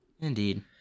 Indeed